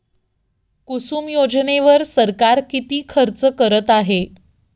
कुसुम योजनेवर सरकार किती खर्च करत आहे?